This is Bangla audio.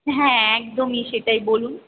হ্যাঁ একদমই সেটাই বলুন